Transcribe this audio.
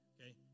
Okay